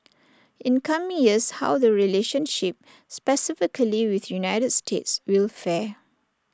in coming years how the relationship specifically with united states will fare